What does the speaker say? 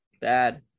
bad